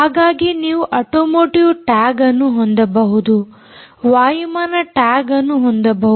ಹಾಗಾಗಿ ನೀವು automotive tag ಅನ್ನು ಹೊಂದಬಹುದು ವಾಯುಮಾನ ಟ್ಯಾಗ್ ಅನ್ನು ಹೊಂದಬಹುದು